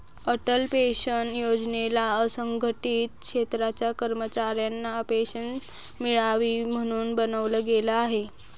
Atal pension योजनेला असंघटित क्षेत्राच्या कर्मचाऱ्यांना पेन्शन मिळावी, म्हणून बनवलं गेलं आहे